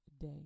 day